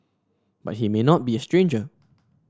but he may not be a stranger